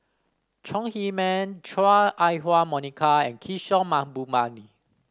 Chong Heman Chua Ah Huwa Monica and Kishore Mahbubani